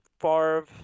Favre